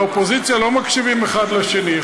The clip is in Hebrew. באופוזיציה לא מקשיבים אחד לשני.